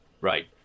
Right